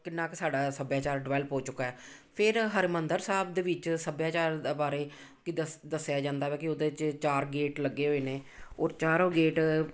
ਕਿੰਨਾ ਕੁ ਸਾਡਾ ਸੱਭਿਆਚਾਰ ਡਿਵੈਲਪ ਹੋ ਚੁੱਕਾ ਹੈ ਫਿਰ ਹਰਿਮੰਦਰ ਸਾਹਿਬ ਦੇ ਵਿੱਚ ਸੱਭਿਆਚਾਰ ਦਾ ਬਾਰੇ ਕਿ ਦੱਸਿਆ ਜਾਂਦਾ ਹੈ ਕਿ ਉਹਦੇ 'ਚ ਚਾਰ ਗੇਟ ਲੱਗੇ ਹੋਏ ਨੇ ਔਰ ਚਾਰੋਂ ਗੇਟ